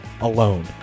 alone